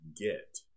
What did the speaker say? get